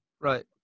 Right